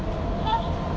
!huh!